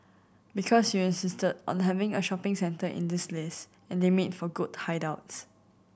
because you insisted on having a shopping centre in this list and they make for good hideouts